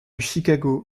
chicago